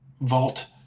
vault